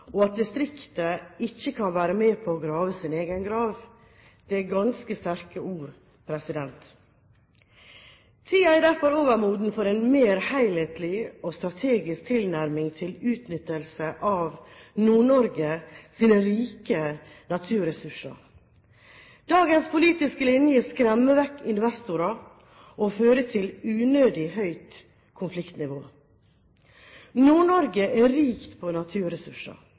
og at distriktet ikke kan være med på å grave sin egen grav. Det er ganske sterke ord. Tiden er derfor overmoden for en mer helhetlig og strategisk tilnærming til utnyttelse av Nord-Norges rike naturressurser. Dagens politiske linje skremmer vekk investorer og fører til unødig høyt konfliktnivå. Nord-Norge er rikt på naturressurser,